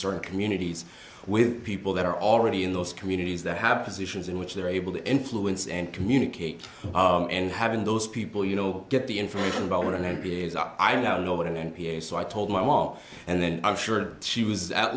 certain communities with people that are already in those communities that have positions in which they're able to influence and communicate and having those people you know get the information about what an m b a is i now know what an m b a so i told my mom and then i'm sure she was at